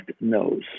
knows